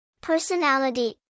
Personality